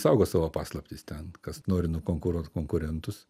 saugo savo paslaptis ten kas nori nukonkuruot konkurentus